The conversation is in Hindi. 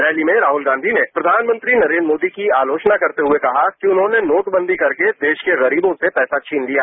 रैली में राहल गांधी ने प्रधानमंत्री नरेन्द्र मोदी की आलोचना करते हुए कहा कि उन्होंने नोटबंदी करके देश के गरीबों से पैसा छीन लिया